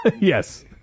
Yes